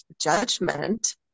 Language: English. judgment